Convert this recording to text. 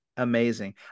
Amazing